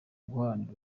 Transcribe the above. guharanira